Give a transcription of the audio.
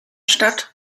stadt